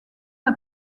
n’a